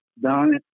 done